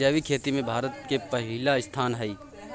जैविक खेती में भारत के पहिला स्थान हय